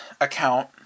account